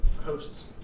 hosts